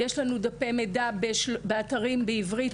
יש לנו דפי מידע באתרים בעברת,